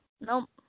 Nope